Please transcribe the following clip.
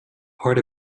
part